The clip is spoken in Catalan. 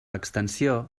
extensió